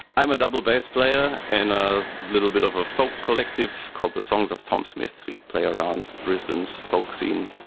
i'm a double bass player in a little bit of a folk collective called the songs of tom smith, we play around brisbane's folk scene.